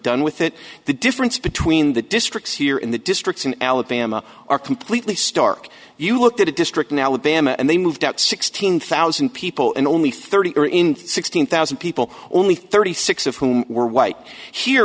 done with it the difference between the districts here in the districts in alabama are completely stark you look at a district in alabama and they moved out sixteen thousand people in only thirty or in sixteen thousand people only thirty six of whom were white here